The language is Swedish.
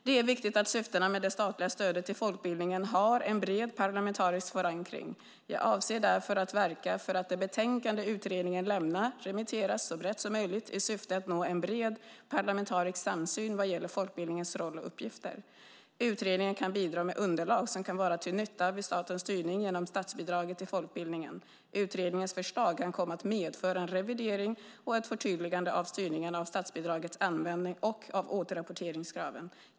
Det är viktigt att syftena med det statliga stödet till folkbildningen har en bred parlamentarisk förankring. Jag avser därför att verka för att det betänkande utredningen lämnar remitteras så brett som möjligt i syfte att nå en bred parlamentarisk samsyn vad gäller folkbildningens roll och uppgifter. Utredningen kan bidra med underlag som kan vara till nytta vid statens styrning genom statsbidraget till folkbildningen. Utredningens förslag kan komma att medföra en revidering och ett förtydligande av styrningen av statsbidragets användning och av återrapporteringskraven.